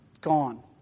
gone